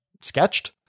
sketched